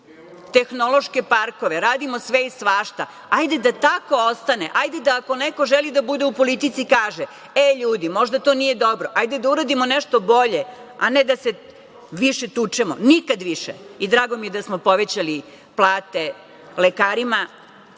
tehnološke parkove, radimo sve i svašta. Hajde da tako ostane, hajde da i ako neko želi da bude u politici kaže – e, ljudi možda to nije dobro, hajde da uradimo nešto bolje, a ne da se više tučemo, nikad više. Drago mi je da smo povećali plate lekarima.